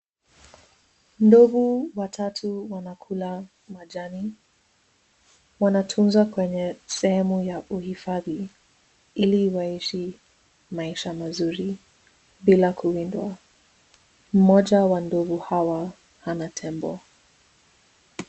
Ndovu watatu wanakula majani. Wanatunzwa kwenye sehemu ya uhifadhi ili waishi maisha mazuri bila kuwindwa. Mmoja wa ndovu hawa hana tembo.